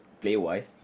play-wise